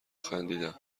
خندیدم